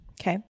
Okay